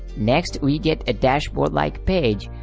next we get a dashboard like page,